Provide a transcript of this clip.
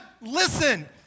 listen